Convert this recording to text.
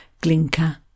Glinka